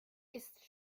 ist